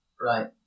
Right